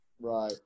Right